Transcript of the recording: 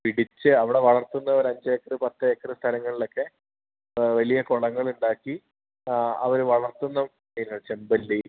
പിടിച്ച് അവിടെ വളർത്തുന്ന ഒരു അഞ്ച് ഏക്കർ പത്ത് ഏക്കർ സ്ഥലങ്ങളിലൊക്കെ വലിയ കുളങ്ങളുണ്ടാക്കി അവർ വളർത്തുന്ന മീനുകൾ ചെമ്പല്ലി